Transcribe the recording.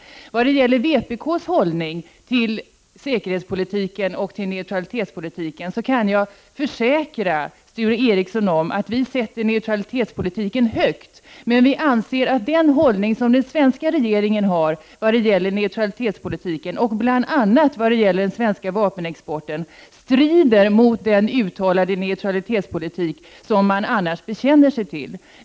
Vad gäller vpk:s hållning till säkerhetsoch neutralitetspolitiken kan jag försäkra Sture Ericsson att vi sätter neutralitetspolitiken högt. Men vi anser att den hållning som den svenska regeringen har vad gäller neutralitetspolitiken och bl.a. vad gäller vapenexporten strider mot den uttalade neutralitetspolitik som man annars bekänner sig till.